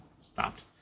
stopped